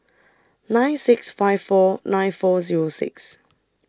nine six five four nine four Zero six